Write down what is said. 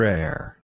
Rare